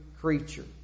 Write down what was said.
creature